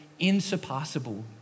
insurpassable